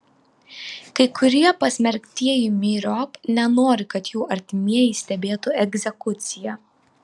kai kurie pasmerktieji myriop nenori kad jų artimieji stebėtų egzekuciją